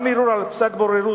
גם ערעור על פסק בוררות,